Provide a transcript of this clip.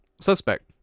suspect